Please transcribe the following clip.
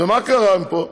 ומה קרה מפה?